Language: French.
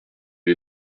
les